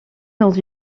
dans